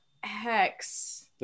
Hex